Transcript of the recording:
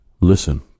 listen